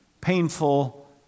painful